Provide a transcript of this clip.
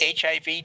HIV